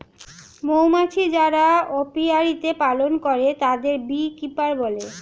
মৌমাছি যারা অপিয়ারীতে পালন করে তাদেরকে বী কিপার বলে